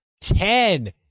ten